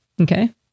Okay